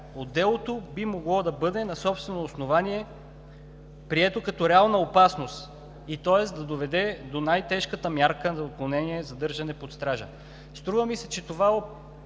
по делото би могло да бъде на собствено основание, прието като реална опасност, тоест да доведе до най-тежката мярка за отклонение „задържане под стража“. Струва ми се, че в това